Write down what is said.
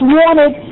wanted